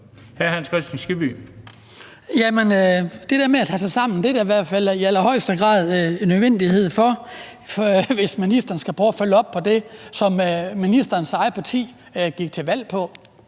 Det der med at tage sig sammen er da i hvert fald i allerhøjeste grad en nødvendighed, hvis ministeren skal prøve at følge op på det, som ministerens eget parti gik på valg på.